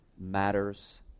matters